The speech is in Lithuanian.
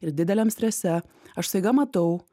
ir dideliam strese aš staiga matau